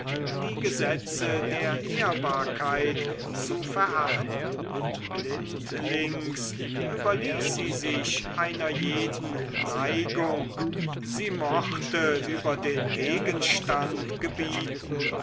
die gesetze der ehrbarkeit zu verachten blindlings überließ sie sich einer jeden neigung sie mochte über den gegenstand gebieten